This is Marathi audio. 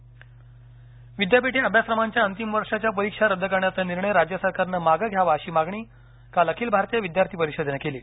अभाविप विद्यापीठीय अभ्यासक्रमांच्या अंतिम वर्षाच्या परिक्षा रद्द करण्याचा निर्णय राज्य सरकारनं मागे घ्यावा अशी मागणी काल अखिल भारतीय विद्यार्थी परिषदेनं केली